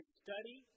study